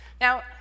Now